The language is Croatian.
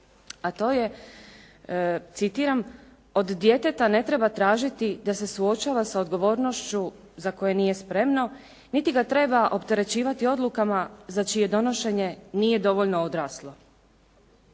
a to je citiram: "Od djeteta ne treba tražiti da se suočava sa odgovornošću za koje nije spremno niti ga treba opterećivati odlukama za čije donošenje nije dovoljno odraslo".